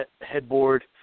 headboard